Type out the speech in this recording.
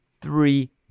three